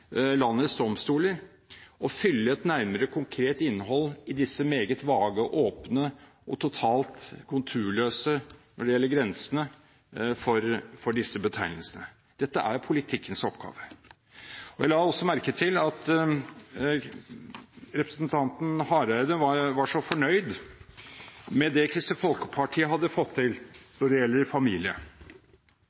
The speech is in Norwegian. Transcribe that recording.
landets domstoler: å fylle et nærmere, konkret innhold i disse meget vage, åpne og, når det gjelder grensene, totalt konturløse betegnelsene. Dette er politikkens oppgave. Jeg la også merke til at representanten Hareide var så fornøyd med det Kristelig Folkeparti hadde fått til når det gjelder familie.